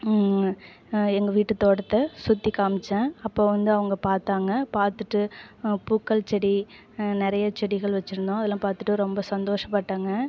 எங்கள் வீட்டு தோட்டத்தை சுற்றி காமிச்சேன் அப்போ வந்து அவங்க பார்த்தாங்க பார்த்துட்டு பூக்கள் செடி நிறைய செடிகள் வச்சுருந்தோம் அதெலாம் பார்த்துட்டு ரொம்ப சந்தோஷப்பட்டாங்க